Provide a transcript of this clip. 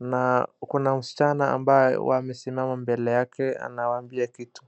na kuna msichana ambaye wamesimama mbele yake anawaambia kitu.